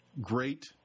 great